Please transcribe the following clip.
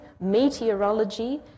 meteorology